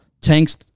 tanks